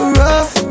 rough